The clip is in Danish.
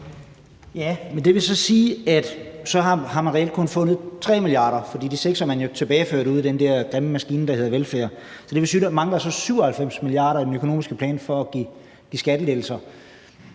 Ja, men det vil så sige, at man reelt kun har fundet 3 mia. kr., for de 6 mia. kr. har man jo tilbageført ude i den der grimme maskine, der hedder velfærd, så det vil sige, at der altså mangler 97 mia. kr. i den økonomiske plan for at give skattelettelser.